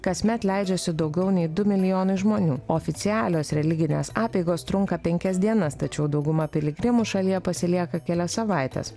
kasmet leidžiasi daugiau nei du milijonai žmonių oficialios religinės apeigos trunka penkias dienas tačiau dauguma piligrimų šalyje pasilieka kelias savaites